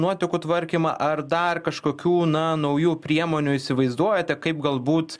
nuotekų tvarkymą ar dar kažkokių na naujų priemonių įsivaizduojate kaip galbūt